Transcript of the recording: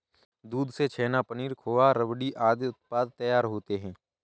दूध से छेना, पनीर, खोआ, रबड़ी आदि उत्पाद तैयार होते हैं